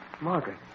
Margaret